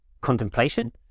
contemplation